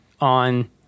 on